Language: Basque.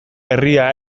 herria